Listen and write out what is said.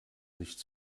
nicht